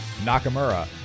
Nakamura